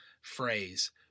phrase